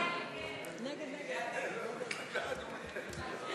סעיף 21 נתקבל.